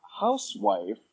housewife